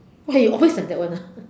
okay you always like that [one] ah